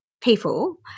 people